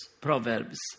Proverbs